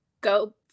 go